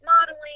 modeling